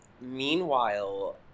Meanwhile